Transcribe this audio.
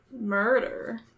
Murder